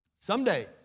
Someday